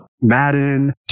Madden